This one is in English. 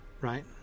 Right